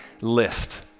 list